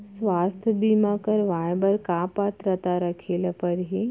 स्वास्थ्य बीमा करवाय बर का पात्रता रखे ल परही?